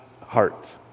heart